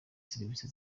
serivisi